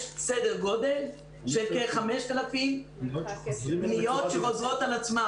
יש סדר גודל של כ-5,000 פניות שחוזרות על עצמן